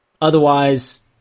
otherwise